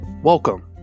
Welcome